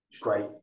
great